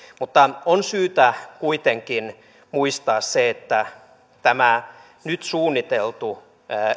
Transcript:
mutta on syytä kuitenkin muistaa se että tämä nyt suunniteltu